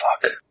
fuck